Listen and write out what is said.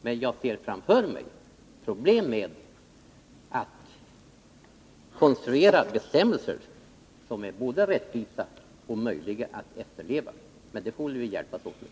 Jag ser dock framför mig problem med att konstruera bestämmelser som är både rättvisa och möjliga att efterleva, men det får vi hjälpas åt med.